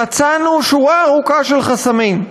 מצאנו שורה ארוכה של חסמים.